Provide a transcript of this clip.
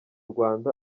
rwanda